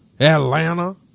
Atlanta